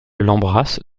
l’embrasse